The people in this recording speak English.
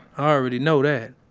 already know that